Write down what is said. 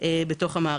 זמני המתנה ויעדי